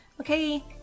Okay